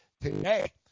today